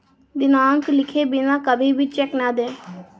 दिनांक लिखे बिना कभी भी चेक न दें